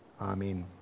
Amen